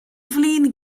flin